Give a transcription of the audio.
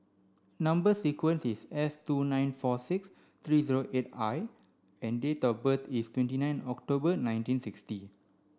number sequence is S two nine four six three zero eight I and date of birth is twenty nine October nineteen sixty